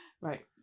Right